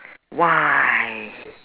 why